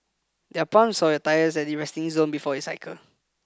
there are pumps for your tires at the resting zone before you cycle